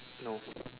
no